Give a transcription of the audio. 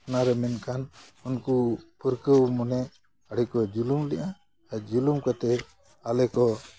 ᱚᱱᱟ ᱨᱮ ᱢᱮᱱᱠᱷᱟᱱ ᱩᱱᱠᱩ ᱯᱟᱹᱨᱠᱟᱹᱣ ᱢᱚᱱᱮ ᱟᱹᱰᱤ ᱠᱚ ᱡᱩᱞᱩᱢ ᱞᱮᱫᱼᱟ ᱟᱨ ᱡᱩᱞᱩᱢ ᱠᱟᱛᱮ ᱟᱞᱮ ᱠᱚ